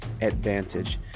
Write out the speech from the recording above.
advantage